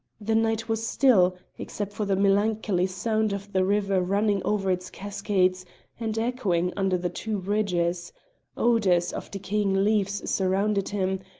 the night was still, except for the melancholy sound of the river running over its cascades and echoing under the two bridges odours of decaying leaves surrounded him,